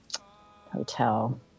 hotel